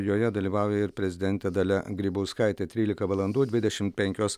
joje dalyvauja ir prezidentė dalia grybauskaitė trylika valandų dvidešimt penkios